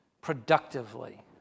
productively